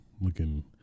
Looking